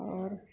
आओर